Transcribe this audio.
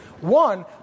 One